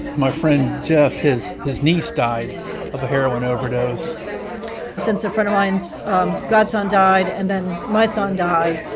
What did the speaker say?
my friend jeff, his his niece died of a heroin overdose since a friend of mine's godson died, and then my son died.